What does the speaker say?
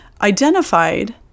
identified